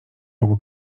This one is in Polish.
rogu